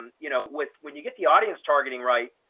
um you know, with when you get the audience targeting, right,